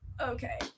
okay